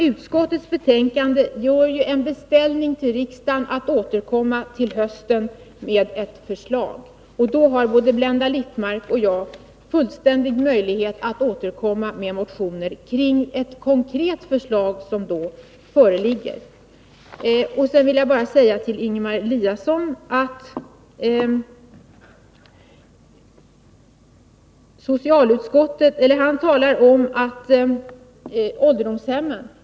Utskottet gör en beställning till riksdagen att man skall återkomma till hösten med ett förslag. Då har både Blenda Littmarck och jag fullständiga möjligheter att återkomma med motioner kring ett föreliggande konkret förslag. Ingemar Eliasson talade om ålderdomshemmen.